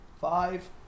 five